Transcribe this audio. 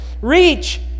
Reach